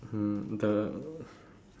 um the